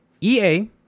EA